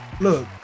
Look